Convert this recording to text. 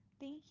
Thank